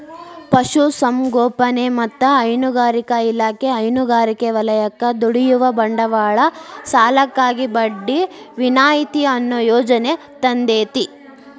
ಪಶುಸಂಗೋಪನೆ ಮತ್ತ ಹೈನುಗಾರಿಕಾ ಇಲಾಖೆ ಹೈನುಗಾರಿಕೆ ವಲಯಕ್ಕ ದುಡಿಯುವ ಬಂಡವಾಳ ಸಾಲಕ್ಕಾಗಿ ಬಡ್ಡಿ ವಿನಾಯಿತಿ ಅನ್ನೋ ಯೋಜನೆ ತಂದೇತಿ